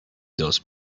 those